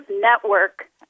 network